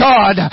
God